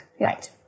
Right